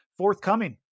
forthcoming